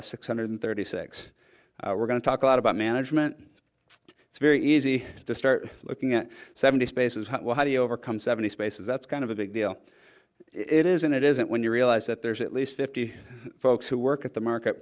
of six hundred thirty six we're going to talk a lot about management it's very easy to start looking at seventy spaces how do you overcome seventy spaces that's kind of a big deal it isn't it isn't when you realize that there's at least fifty folks who work at the market